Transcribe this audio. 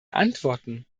antworten